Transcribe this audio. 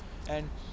and